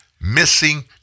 missing